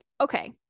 okay